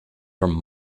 from